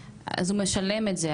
אז הוא משלם את זה,